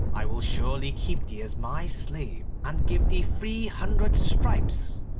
i will surely keep thee as my slave, and give thee three hundred stripes